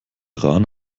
rahn